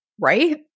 Right